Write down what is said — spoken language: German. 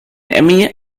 emmy